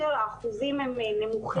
אחוזים הם נמוכים יותר.